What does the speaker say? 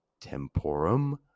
temporum